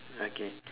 okay